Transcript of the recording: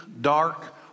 dark